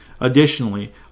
Additionally